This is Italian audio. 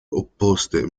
opposte